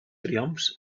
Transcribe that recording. triomfs